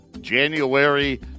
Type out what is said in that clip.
January